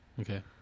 okay